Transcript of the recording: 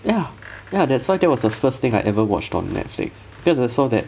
ya ya that's why that was the first thing I ever watched on netflix 变得 so that